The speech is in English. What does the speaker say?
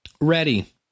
Ready